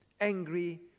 angry